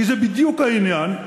כי זה בדיוק העניין,